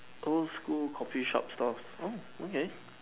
old school coffee shop stalls oh okay